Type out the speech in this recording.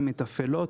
הן מתפעלות,